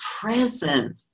present